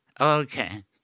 Okay